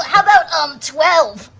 about um twelve?